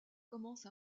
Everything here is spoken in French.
commence